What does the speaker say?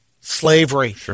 slavery